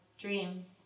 dreams